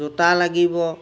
জোতা লাগিব